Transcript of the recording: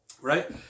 right